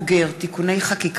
הצעת חוק המשטרה (תיקון מס' 9),